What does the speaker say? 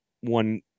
one